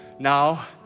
now